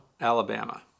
Alabama